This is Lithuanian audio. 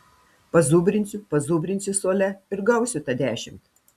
pazubrinsiu pazubrinsiu suole ir gausiu tą dešimt